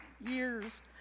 years